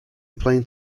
playing